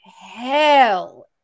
hell